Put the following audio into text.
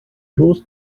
bloß